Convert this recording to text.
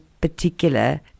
particular